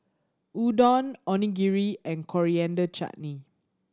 Udon Onigiri and Coriander Chutney